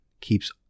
keeps